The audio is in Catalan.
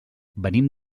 venim